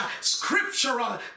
scriptural